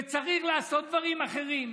וצריך לעשות דברים אחרים,